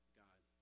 god